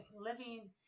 living